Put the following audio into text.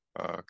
okay